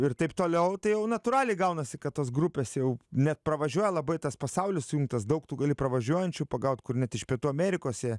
ir taip toliau tai jau natūraliai gaunasi kad tas grupės jau net pravažiuoja labai tas pasaulis sujungtas daug tu gali pravažiuojančių pagaut kur net iš pietų amerikos jie